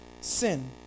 sin